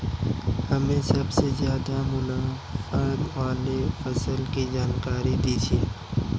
हमें सबसे ज़्यादा मुनाफे वाली फसल की जानकारी दीजिए